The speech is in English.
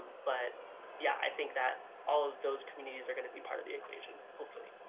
but yeah, i think that all of those communities are going to be part of the equation hopefully.